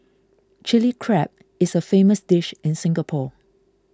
Chilli Crab is a famous dish in Singapore